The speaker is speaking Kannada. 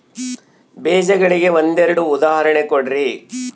ಬೇಜಗಳಿಗೆ ಒಂದೆರಡು ಉದಾಹರಣೆ ಕೊಡ್ರಿ?